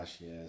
Yes